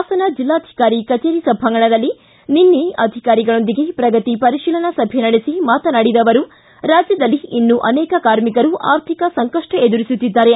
ಹಾಸನ ಜಿಲ್ಲಾಧಿಕಾರಿ ಕಚೇರಿ ಸಭಾಂಗಣದಲ್ಲಿ ನಿನ್ನೆ ಅಧಿಕಾರಿಗಳೊಂದಿಗೆ ಪ್ರಗತಿ ಪರಿಶೀಲನಾ ಸಭೆ ನಡೆಸಿ ಮಾತನಾಡಿದ ಅವರು ರಾಜ್ವದಲ್ಲಿ ಇನ್ನು ಅನೇಕ ಕಾರ್ಮಿಕರು ಆರ್ಥಿಕ ಸಂಕಷ್ಟ ಎದುರಿಸುತ್ತಿದ್ದಾರೆ